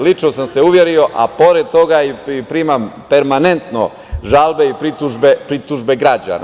Lično sam se uverio, a pored toga primam permanentno žalbe i pritužbe građana.